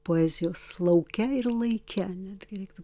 poezijos lauke ir laike netgi reiktų